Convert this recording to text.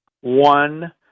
one